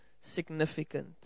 significant